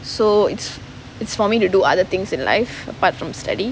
so it's it's for me to do other things in life apart from stuffy